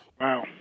Wow